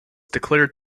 declared